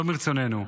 לא מרצוננו,